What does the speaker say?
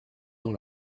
dans